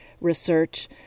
research